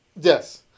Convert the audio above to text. yes